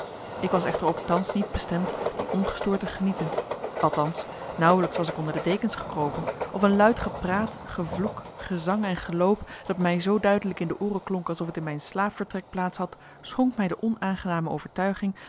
ik was echter ook thans niet bestemd die ongestoord te genieten althans nauwelijks was ik onder de dekens gekropen of een luid gepraat gevloek gezang en geloop dat mij zoo duidelijk in de ooren klonk alsof het in mijn slaapvertrek plaats had schonk mij de onaangename overtuiging